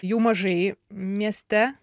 jų mažai mieste